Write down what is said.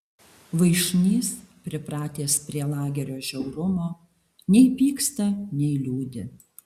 vaišnys pripratęs prie lagerio žiaurumo nei pyksta nei liūdi